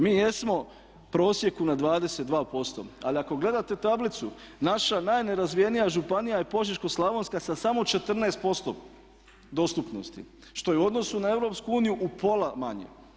Mi jesmo u prosjeku na 22% ali ako gledate tablicu naša najnerazvijenija županija je Požeško-slavonska sa samo 14% dostupnosti, što je u odnosu na EU upola manje.